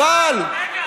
הלוואי,